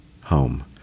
home